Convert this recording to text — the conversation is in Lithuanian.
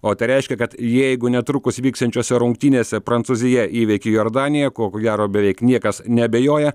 o tai reiškia kad jeigu netrukus vyksiančiose rungtynėse prancūzija įveikia jordaniją ko ko gero beveik niekas neabejoja